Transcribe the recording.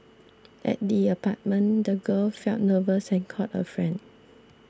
at the apartment the girl felt nervous and called a friend